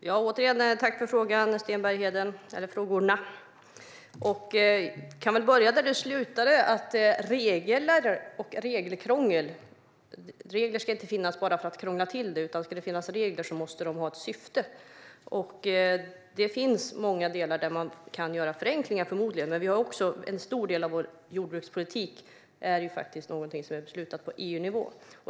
Fru talman! Tack återigen, Sten Bergheden, för frågorna! Jag kan börja där Sten Bergheden slutade, det vill säga med regler och regelkrångel. Regler ska inte finnas bara för att krångla till det. Ska det finnas regler måste de ha ett syfte. Det finns många delar inom vilka man förmodligen kan göra förenklingar. För en stor del av vår jordbrukspolitik fattas dock besluten på EU-nivå.